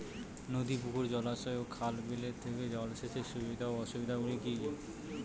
নদী পুকুর জলাশয় ও খাল বিলের থেকে জল সেচের সুবিধা ও অসুবিধা গুলি কি কি?